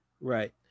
Right